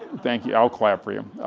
thank you, i'll clap for you.